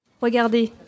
Regardez